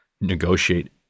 negotiate